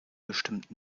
bestimmt